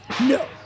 No